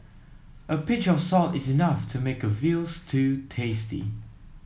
a pinch of salt is enough to make a veal stew tasty